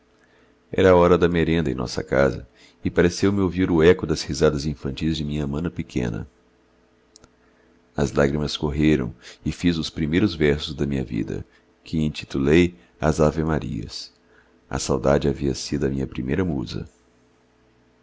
a hora da merenda em nossa casa e pareceu-me ouvir o eco das risadas infantis de minha mana pequena as lágrimas correram e fiz os primeiros versos da minha vida que intitulei às ave-marias a saudade havia sido a minha primeira musa